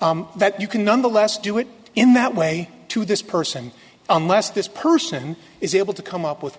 that you can nonetheless do it in that way to this person unless this person is able to come up with